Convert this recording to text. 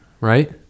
right